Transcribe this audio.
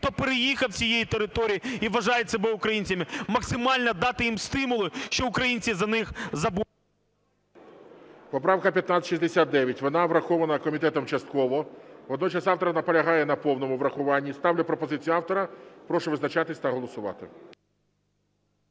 хто переїхав з цієї території і вважають себе українцями, максимально дати їм стимули, що українці за них... ГОЛОВУЮЧИЙ. Поправка 1569. Вона врахована комітетом частково. Водночас автор наполягає на повному врахуванні. Ставлю пропозицію автора. Прошу визначатися та голосувати.